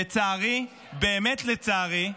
לצערי, באמת לצערי,